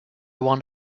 want